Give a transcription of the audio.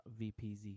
.vpz